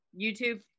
YouTube